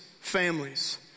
families